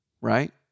right